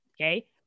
Okay